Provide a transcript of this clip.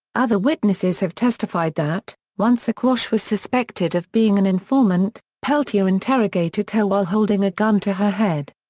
other witnesses have testified that, once aquash was suspected of being an informant, peltier interrogated her while holding a gun to her head.